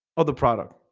of the product